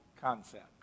concept